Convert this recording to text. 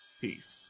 Peace